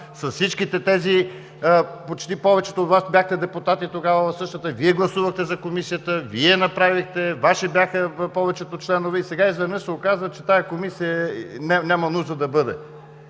с всички тези, почти повечето, когато бяхте депутати тогава, Вие гласувахте за Комисията, Вие я направихте, Ваши бяха повечето членове и сега изведнъж се оказа, че тази Комисия няма нужда да бъде.